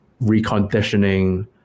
reconditioning